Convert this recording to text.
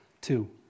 Two